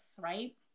right